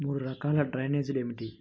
మూడు రకాల డ్రైనేజీలు ఏమిటి?